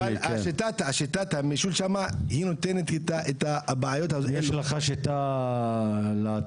אבל שיטת הממשל שם היא נותנת איתה את הבעיות --- יש לך שיטה להציע?